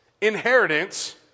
inheritance